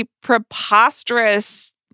preposterous